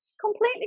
completely